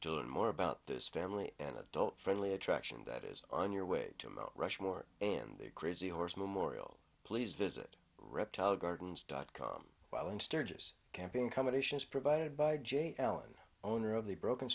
to learn more about this family and adult friendly attraction that is on your way to mt rushmore and their crazy horse memorial please visit reptile gardens dot com while in sturgis camping competitions provided by j l and owner of the broken